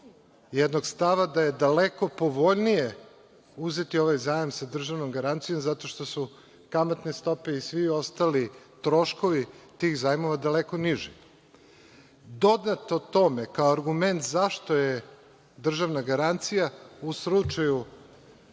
jednog stava da je daleko povoljnije uzeti ovaj zajam sa državnom garancijom zato što su kamatne stope i svi ostali troškovi tih zajmova daleko niži. Dodato tome kao argument zašto je državna garancija u slučaju